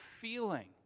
feeling